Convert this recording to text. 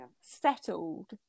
settled